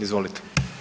Izvolite.